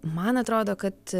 man atrodo kad